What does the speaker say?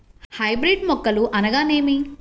Hybrid మొక్కలు అనగానేమి?